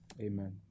Amen